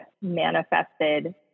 manifested